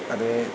अब यह